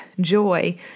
joy